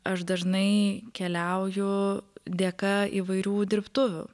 aš dažnai keliauju dėka įvairių dirbtuvių